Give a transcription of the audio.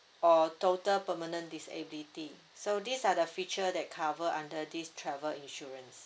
or total permanent disability so these are the feature that cover under this travel insurance